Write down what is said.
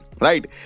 Right